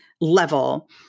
level